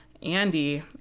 Andy